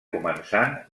començant